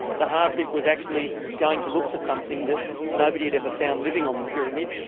the hard bit was actually going to look for something that nobody had ever found living on the pyramid.